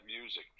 music